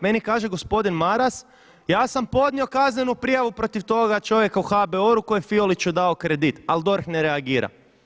Meni kaže gospodin Maras, ja sam podnio kaznenu prijavu protiv toga čovjeka u HBOR-u koji je Fioliću dao kredit ali DORH ne reagira.